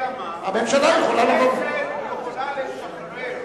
הכנסת יכולה לשחרר.